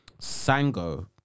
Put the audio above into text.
sango